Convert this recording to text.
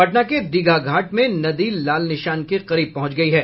पटना के दीघा घाट में नदी लाल निशान के करीब पहुंच गयी है